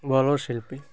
ଭଲ ଶିଳ୍ପୀ